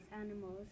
animals